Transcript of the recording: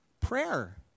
prayer